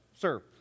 sir